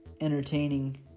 entertaining